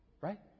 Right